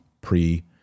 pre